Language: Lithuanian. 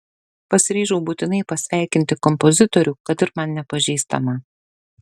pasiryžau būtinai pasveikinti kompozitorių kad ir man nepažįstamą